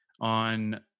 on